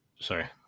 Sorry